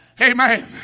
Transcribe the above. Amen